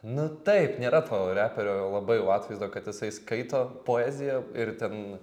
nu taip nėra to reperio labai jau atvaizdo kad jisai skaito poeziją ir ten